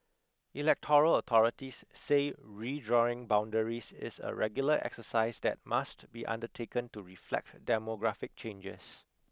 electoral authorities say redrawing boundaries is a regular exercise that must be undertaken to reflect demographic changes